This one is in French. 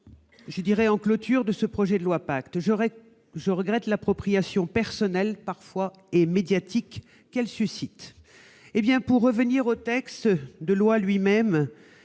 survient en clôture de l'examen du projet de loi Pacte. Je regrette l'appropriation personnelle, parfois, et médiatique qu'elle suscite. Pour revenir au texte de loi lui-même,